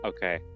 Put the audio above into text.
Okay